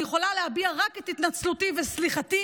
אני יכולה להביע רק את התנצלותי וסליחתי,